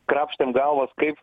krapštėm galvas kaip